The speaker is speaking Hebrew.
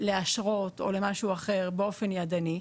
לאשרות או למשהו אחר באופן ידני,